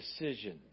decisions